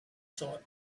thought